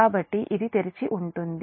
కాబట్టి ఇది తెరిచి ఉంటుంది